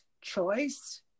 choice